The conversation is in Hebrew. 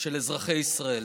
של אזרחי ישראל.